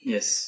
Yes